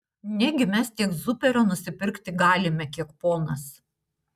negi mes tiek zuperio nusipirkti galime kiek ponas